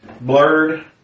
blurred